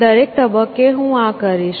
દરેક તબક્કે હું આ કરીશ